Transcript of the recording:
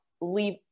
leave